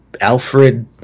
alfred